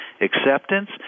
acceptance